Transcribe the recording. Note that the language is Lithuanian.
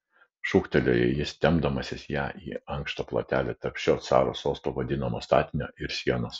šūktelėjo jis tempdamasis ją į ankštą plotelį tarp šio caro sostu vadinamo statinio ir sienos